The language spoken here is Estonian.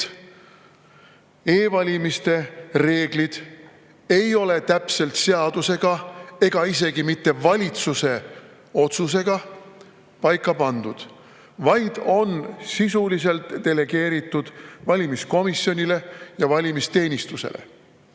e‑valimiste reeglid ei ole täpselt seadusega ega isegi mitte valitsuse otsusega paika pandud, vaid on sisuliselt delegeeritud valimiskomisjonile ja valimisteenistusele.